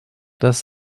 dass